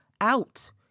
out